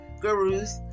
gurus